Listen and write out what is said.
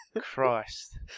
Christ